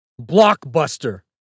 blockbuster